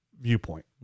viewpoint